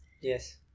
Yes